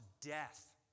death